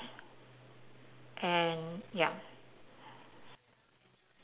and ya